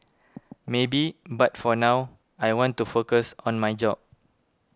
maybe but for now I want to focus on my job